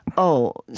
oh,